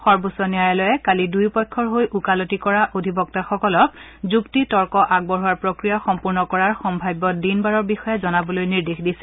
সৰ্বোচ্চ ন্যায়ালয়ে কালি দুয়ো পক্ষৰ হৈ ওকালতি কৰা অধিবক্তাসকলক যুক্তি তৰ্ক আগবঢ়োৱাৰ প্ৰক্ৰিয়া সম্পূৰ্ণ কৰাৰ সম্ভাৱ্য দিন বাৰৰ বিষয়ে জনাবলৈ নিৰ্দেশ দিছিল